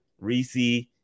Reese